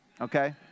okay